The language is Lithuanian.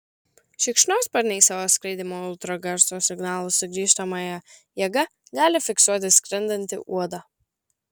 šikšnosparniai savo skraidymo ultragarso signalų sugrįžtamąja jėga gali fiksuoti skrendantį uodą